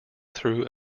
through